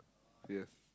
yes